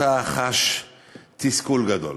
אתה חש תסכול גדול.